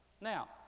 Now